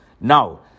Now